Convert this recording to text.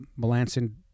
Melanson